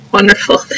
Wonderful